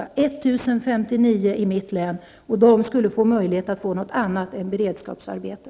Antalet är 1 059 i mitt hemlän. De skulle kunna få annan sysselsättning än beredskapsarbete.